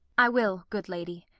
i will, good lady.